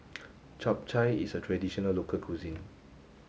Chap Chai is a traditional local cuisine